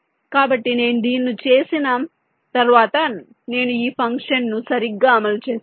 కాబట్టి నేను దీన్ని చేసిన తర్వాత నేను ఈ ఫంక్షన్ను సరిగ్గా అమలు చేసాను